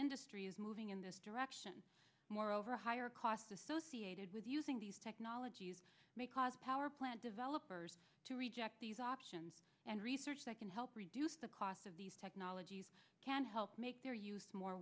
industry is moving in this direction moreover higher costs associated with using these technologies may cause power plant developers to reject these options and research that can help reduce the cost of these technologies can help make their use more